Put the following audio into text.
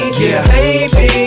baby